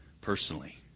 personally